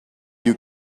you